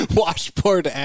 washboard